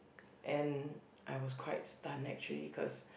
and I was quite stun actually cause